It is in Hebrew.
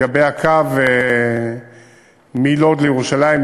לגבי הקו מלוד לירושלים,